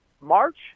March